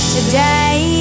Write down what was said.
Today